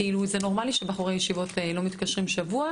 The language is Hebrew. כאילו זה נורמלי שבחורי ישיבות לא מתקשרים שבוע